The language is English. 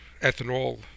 ethanol